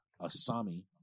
Asami